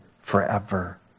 forever